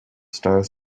star